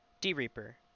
D-Reaper